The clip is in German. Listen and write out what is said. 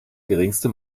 geringste